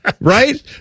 right